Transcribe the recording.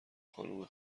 خانم